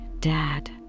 Dad